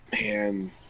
Man